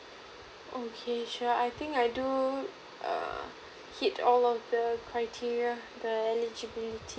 okay sure I think I do err hit all of the criteria the eligibility